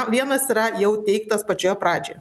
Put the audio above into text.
vienas yra jau teiktas pačioje pradžioje